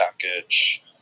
package